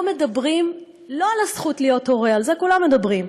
לא, על הזכות להיות הורה, על זה כולם מדברים,